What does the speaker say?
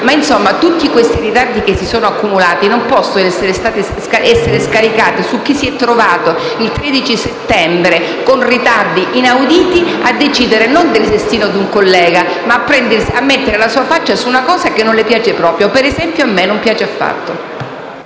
Pertanto, tutti i ritardi accumulati non possono essere scaricati su chi si è trovato, il 13 settembre (ripeto, con ritardi inauditi), non a decidere del destino di un collega ma a mettere la sua faccia su una cosa che non gli piace proprio. Per esempio, a me non piace affatto.